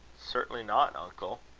certainly not, uncle.